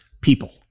people